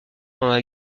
pendant